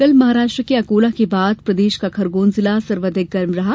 कल महाराष्ट्र के अकोला के बाद प्रदेश का खरगोन जिला सर्वाधिक गर्म रहा